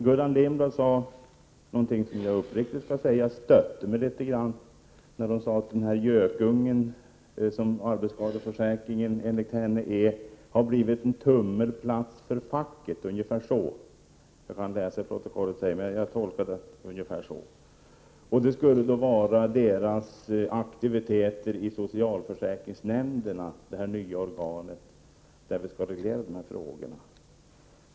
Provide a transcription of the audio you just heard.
Gullan Lindblad sade något som jag uppriktigt måste säga stötte mig litet grand. Hon talade om den ”gökunge” som arbetsskadeförsäkringen är enligt 95 hennes uppfattning. Hon sade att det hade blivit en tummelplats för facket — 16 november 1988 ungefär så uttryckte hon sig, och det skulle då handla om fackets aktiviteter i socialförsäkringsnämnderna, de nya organ där vi skall reglera de här frågorna.